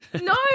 No